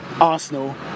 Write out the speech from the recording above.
Arsenal